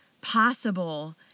possible